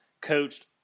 coached